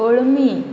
अळमी